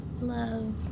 Love